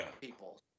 people